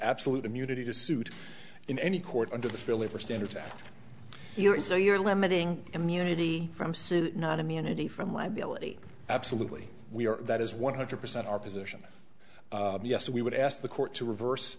absolute immunity to suit in any court under the delivery standard that you're in so you're limiting immunity from suit not immunity from liability absolutely we are that is one hundred percent our position yes we would ask the court to reverse